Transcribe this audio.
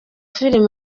film